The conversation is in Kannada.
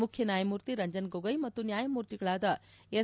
ಮುಖ್ಯ ನ್ನಾಯಮೂರ್ತಿ ರಂಜನ್ ಗೊಗೊಯ್ ಮತ್ತು ನ್ನಾಯಮೂರ್ತಿಗಳಾದ ಎಸ್